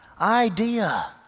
idea